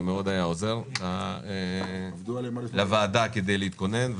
זה היה עוזר מאוד לוועדה כדי להתכונן.